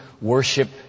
worship